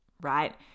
right